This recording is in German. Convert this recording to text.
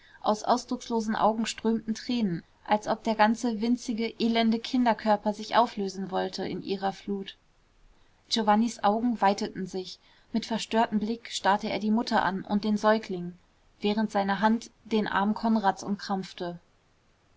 aus ausdruckslosen augen strömten tränen als ob der ganze winzige elende kinderkörper sich auflösen wollte in ihrer flut giovannis augen weiteten sich mit verstörtem blick starrte er die mutter an und den säugling während seine hand den arm konrads umkrampfte